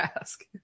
ask